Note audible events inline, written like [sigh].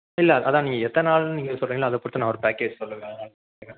இல்லை அதான் நீங்கள் எத்தனை நாள் நீங்கள் சொல்கிறீங்களோ அதைப் பொறுத்து நான் ஒரு பேக்கேஜ் சொல்வேன் [unintelligible]